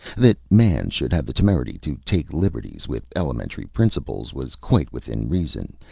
that man should have the temerity to take liberties with elementary principles was quite within reason,